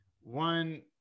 one